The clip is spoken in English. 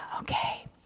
okay